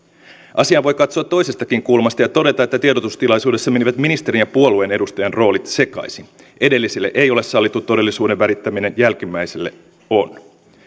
asiaa voi katsoa toisestakin kulmasta ja todeta että tiedotustilaisuudessa menivät ministerin ja puolueen edustajan roolit sekaisin edelliselle ei ole sallittu todellisuuden värittäminen jälkimmäiselle on